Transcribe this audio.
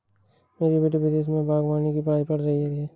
मेरी बेटी विदेश में बागवानी की पढ़ाई पढ़ रही है